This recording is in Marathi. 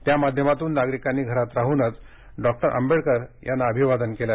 त्या माध्यमातून नागरिकांनी घरात राहूनच डॉक्टर आंबेडकर यांना अभिवादन केलं